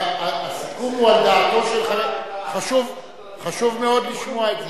שהסיכום הוא על דעתו של, חשוב מאוד לשמוע את זה.